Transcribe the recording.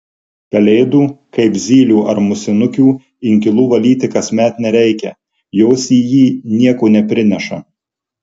pelėdų kaip zylių ar musinukių inkilų valyti kasmet nereikia jos į jį nieko neprineša